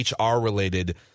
HR-related